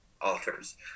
authors